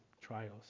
trials